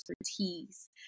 expertise